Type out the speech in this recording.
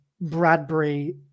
Bradbury